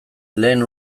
lehen